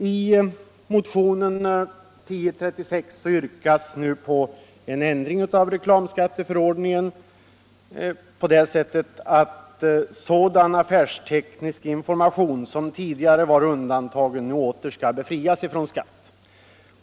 I motionen 1036 yrkas nu på en ändring av reklamskatteförordningen på det sättet att sådan affärsteknisk information som tidigare varit undantagen nu åter skall befrias från skatt.